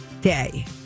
day